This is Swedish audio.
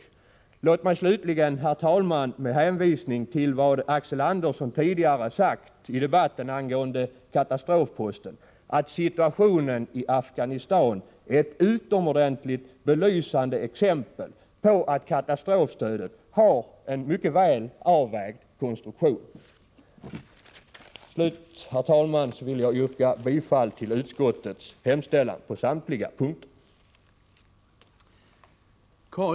Låt mig slutligen, herr talman, med hänvisning till vad Axel Andersson sagt tidigare i debatten angående katastrofposten, säga att situationen i Afghanistan är ett utomordentligt belysande exempel på att katastrofstödet har en mycket väl avvägd konstruktion. Till sist vill jag, herr talman, yrka bifall till utskottets hemställan på samtliga punkter.